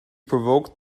provoked